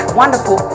wonderful